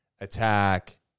attack